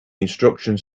instructions